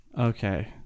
Okay